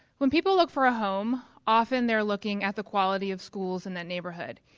when people look for a home often they're looking at the quality of schools in that neighborhood.